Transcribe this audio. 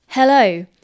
Hello